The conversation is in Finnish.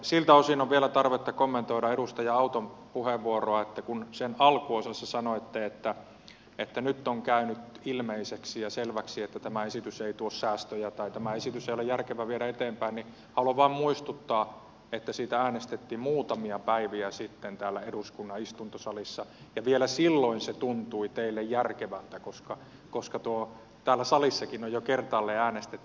siltä osin on vielä tarvetta kommentoida edustaja auton puheenvuoroa että kun sen alkuosassa sanoitte että nyt on käynyt ilmeiseksi ja selväksi että tämä esitys ei tuo säästöjä tai tätä esitystä ei ole järkevä viedä eteenpäin niin haluan vain muistuttaa että siitä äänestettiin muutamia päiviä sitten täällä eduskunnan istuntosalissa ja vielä silloin se tuntui teille järkevältä koska täällä salissakin on jo kertaalleen äänestetty